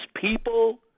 people